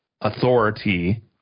authority